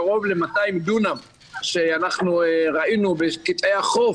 קרוב ל-200 דונם שאנחנו ראינו בקטעי החוף,